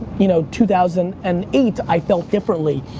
you know, two thousand and eight, i felt differently.